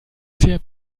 sehr